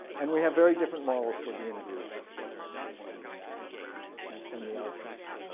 and we have very different morals towards the in-group and and and the out-group.